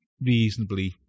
reasonably